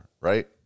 right